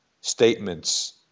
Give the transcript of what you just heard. statements